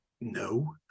no